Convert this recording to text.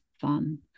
fun